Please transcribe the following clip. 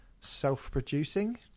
self-producing